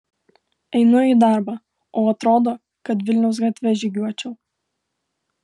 einu į darbą o atrodo kad vilniaus gatve žygiuočiau